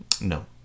no